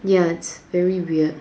ya it's very weird